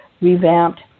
revamped